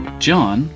John